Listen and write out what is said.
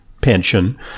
pension